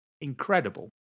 incredible